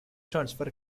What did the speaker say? transfer